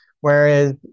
whereas